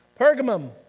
Pergamum